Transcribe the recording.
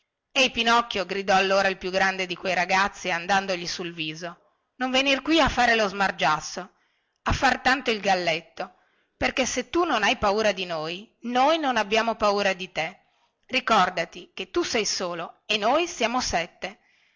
capo ehi pinocchio gridò allora il più grande di quei ragazzi andandogli sul viso non venir qui a fare lo smargiasso non venir qui a far tanto il galletto perché se tu non hai paura di noi noi non abbiamo paura di te ricordati che tu sei solo e noi siamo in sette